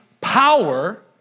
power